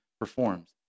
performs